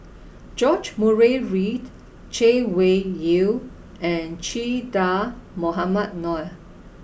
George Murray Reith Chay Weng Yew and Che Dah Mohamed Noor